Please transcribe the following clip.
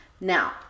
now